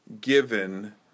given